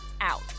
out